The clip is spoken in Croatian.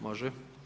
Može.